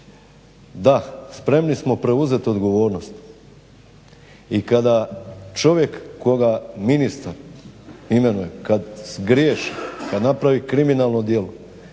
da "spremni smo preuzeti odgovornost" i kada čovjek koga ministar imenuje kada zgriješi kada napravi kriminalno djelo